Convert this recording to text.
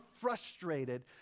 frustrated